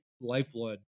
lifeblood